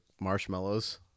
marshmallows